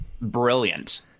brilliant